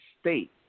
state